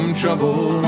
trouble